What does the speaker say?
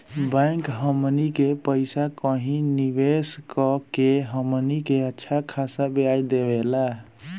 bank हमनी के पइसा कही निवेस कऽ के हमनी के अच्छा खासा ब्याज देवेला